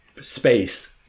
space